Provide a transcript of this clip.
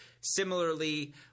similarly